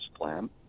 plan